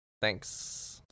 Thanks